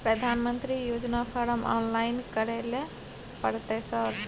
प्रधानमंत्री योजना form online करैले परतै सर?